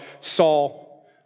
Saul